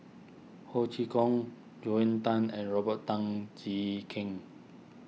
Ho Chee Kong Joel Tan and Robert Tan Jee Keng